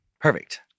Perfect